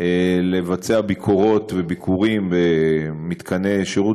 לבצע ביקורות וביקורים במתקני שירות